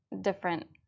different